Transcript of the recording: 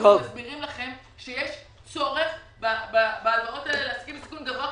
ומסבירים לכם שיש צורך בהלוואות האלה לעסקים בסיכון גבוה,